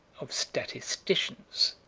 of statisticians.